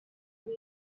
many